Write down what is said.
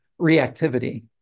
reactivity